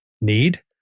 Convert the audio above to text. need